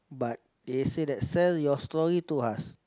but they say that sell your story to us